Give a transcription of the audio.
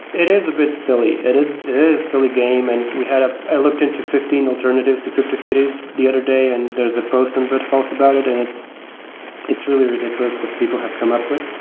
it is a bit silly. it is a silly game and we had ah i looked into fifteen alternatives to cryptokitties the other day and there is a post in bitfalls about it and it's it's really ridiculous what people have come up with.